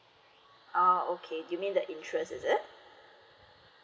uh okay give me the interest is it